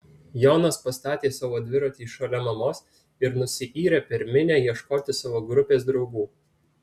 jonas pastatė savo dviratį šalia mamos ir nusiyrė per minią ieškoti savo grupės draugų